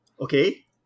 Okay